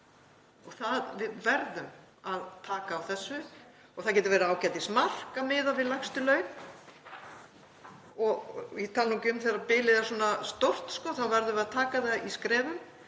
af. Við verðum að taka á þessu og það getur verið ágætismarkmið að miða við lægstu laun. Ég tala nú ekki um þegar bilið er svona stórt, þá verðum við að taka það í skrefum.